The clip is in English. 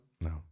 No